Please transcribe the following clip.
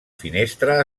finestra